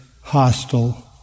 hostile